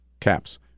caps